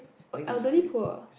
elderly poor